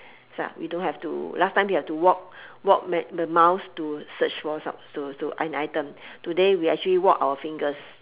it's like we don't have to last time we have to walk walk many miles to search for some~ to to an item today we actually walk our fingers